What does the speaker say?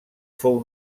fou